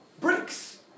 bricks